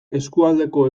eskualdeko